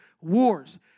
wars